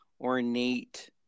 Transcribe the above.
ornate